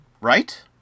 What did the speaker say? right